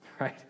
right